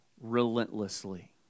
relentlessly